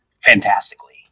fantastically